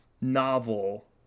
novel